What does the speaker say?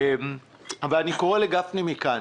אני קורא לגפני מכאן: